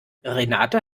renate